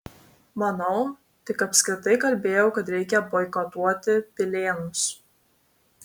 manau tik apskritai kalbėjau kad reikia boikotuoti pilėnus